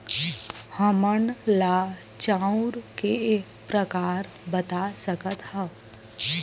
हमन ला चांउर के प्रकार बता सकत हव?